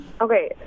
Okay